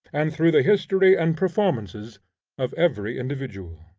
and through the history and performances of every individual.